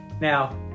Now